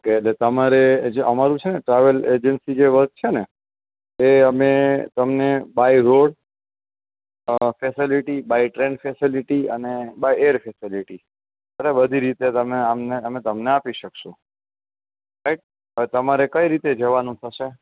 એટલે તમારે જે અમારું જે છે ને ટ્રાવેલ એજન્સી જે વર્ક છે ને એ અમે તમને by road facility by train facility અને બાય એર ફેસિલિટી બધી રીતે તમે આમ અમે તમને આપી શકશું રાઈટ હવે તમારે કઈ રીતે જવાનું થશે